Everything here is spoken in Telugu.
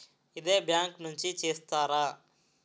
ఇదే బ్యాంక్ నుంచి చేస్తారా?